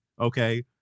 Okay